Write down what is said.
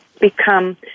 become